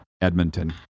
Edmonton